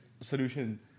solution